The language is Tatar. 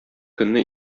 көнне